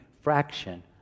fraction